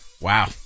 Wow